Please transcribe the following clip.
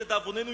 לדאבוננו,